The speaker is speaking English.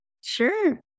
Sure